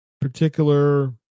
particular